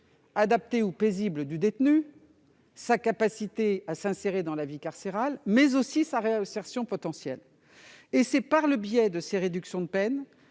adapté ou paisible du détenu, sa capacité à s'insérer dans la vie carcérale et sa réinsertion potentielle. C'est par les réductions de peine